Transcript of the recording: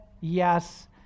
yes